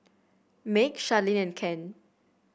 Meg Sharlene and Ken